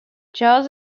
jars